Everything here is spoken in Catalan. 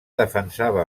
defensava